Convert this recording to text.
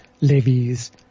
levies